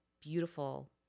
beautiful